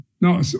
No